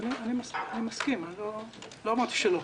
לא אמרתי שלא.